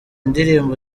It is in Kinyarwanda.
ndirimbo